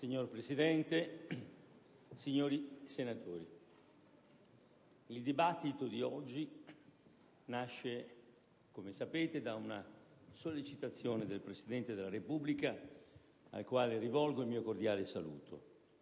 Signor Presidente, signori senatori, il dibattito di oggi nasce - come sapete - da una sollecitazione del Presidente della Repubblica, al quale rivolgo il mio cordiale saluto.